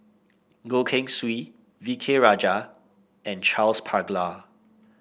Goh Keng Swee V K Rajah and Charles Paglar